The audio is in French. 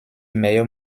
meilleur